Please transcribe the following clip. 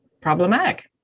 problematic